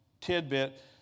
tidbit